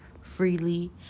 freely